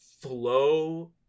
flow